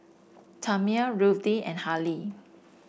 Tamia Ruthie and Harlie